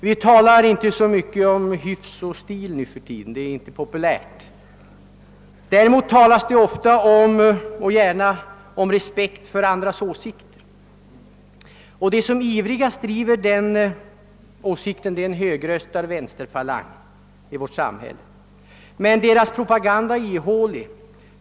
Vi talar inte så mycket om hyfs och stil nu för tiden; det är inte populärt. Däremot talas det ofta och gärna om respekt för andras åsikter. De som ivrigast driver detta tal är en högröstad vänsterfalang i vårt samhälle, men deras propaganda är ihålig.